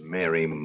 Mary